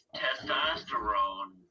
testosterone